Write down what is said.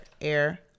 Air